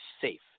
safe